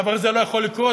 הדבר הזה לא יכול לקרות.